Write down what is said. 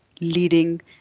leading